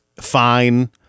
fine